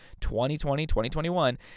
2020-2021